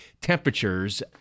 temperatures